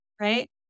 Right